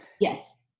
Yes